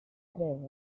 tre